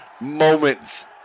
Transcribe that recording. moments